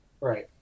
Right